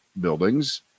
buildings